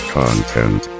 content